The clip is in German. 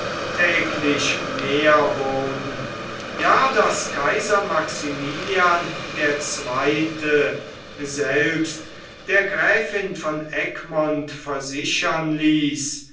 täglich mehr wurden ja daß kaiser maximilian ii selbst der gräfin von egmont versichern ließ